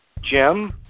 Jim